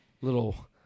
little